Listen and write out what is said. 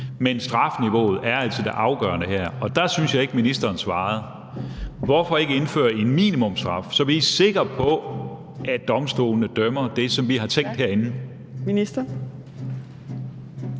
men strafniveauet er altså det afgørende her, og der synes jeg ikke, at ministeren svarede. Hvorfor ikke indføre en minimumsstraf, så vi er sikre på, at domstolene dømmer det, som vi har tænkt herinde?